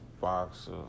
boxer